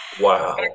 Wow